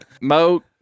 Mo